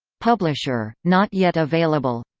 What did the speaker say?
publisher not yet available